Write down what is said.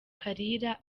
kalira